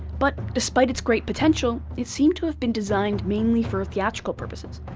but despite its great potential, it seemed to have been designed mainly for theatrical purposes.